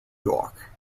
york